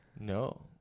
No